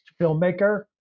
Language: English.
filmmaker